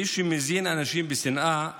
מי שמזין אנשים בשנאה ובאלימות,